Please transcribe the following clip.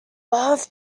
earth